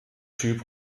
typ